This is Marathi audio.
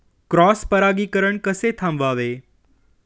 क्रॉस परागीकरण कसे थांबवावे?